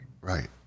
Right